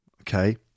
Okay